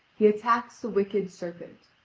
he attacks the wicked serpent,